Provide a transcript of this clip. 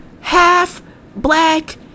half-black